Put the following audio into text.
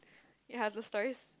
yea just toys